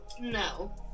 no